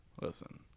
Listen